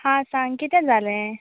हां सांग कितें जालें